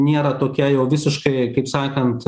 nėra tokia jau visiškai kaip sakant